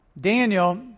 Daniel